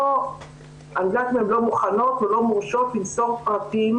אני יודעת שהן לא מוכנות או לא מורשות למסור פרטים